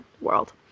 world